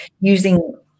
using